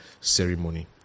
ceremony